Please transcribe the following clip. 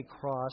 cross